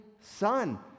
son